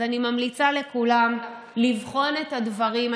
אז אני ממליצה לכולם לבחון את הדברים,